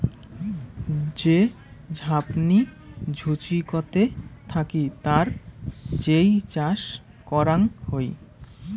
যে ঝাপনি জুচিকতে থাকি তার যেই চাষ করাং হই